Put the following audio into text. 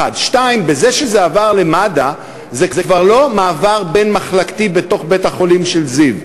2. בזה שזה עבר למד"א זה כבר לא מעבר בין-מחלקתי בתוך בית-החולים זיו.